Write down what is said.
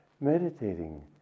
meditating